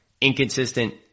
Inconsistent